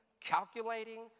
calculating